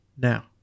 now